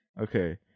Okay